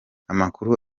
amakuru